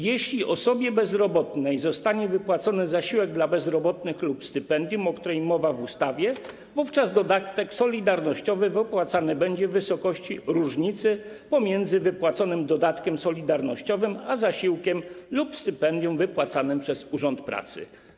Jeśli osobie bezrobotnej zostanie wypłacony zasiłek dla bezrobotnych lub stypendium, o którym mowa w ustawie, wówczas dodatek solidarnościowy wypłacany będzie w wysokości różnicy pomiędzy wypłaconym dodatkiem solidarnościowym a zasiłkiem lub stypendium wypłacanym przez urząd pracy.